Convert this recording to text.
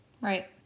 Right